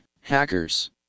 hackers